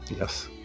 Yes